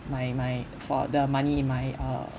my my for the money in my uh